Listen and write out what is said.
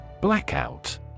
Blackout